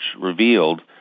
revealed